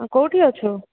କେଉଁଠି ଅଛୁ